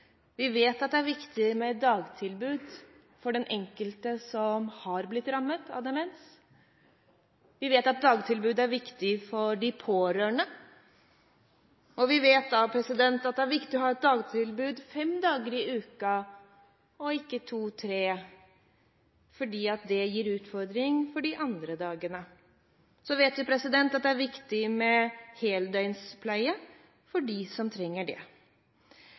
Vi vet at det er viktig med dagtilbud for den enkelte som har blitt rammet av demens. Vi vet at dagtilbud er viktig for de pårørende. Og vi vet at det er viktig å ha et dagtilbud fem dager i uken og ikke to–tre, for det gir utfordringer for de andre dagene. Så vet vi at det er viktig med heldøgnspleie for dem som trenger det.